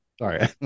Sorry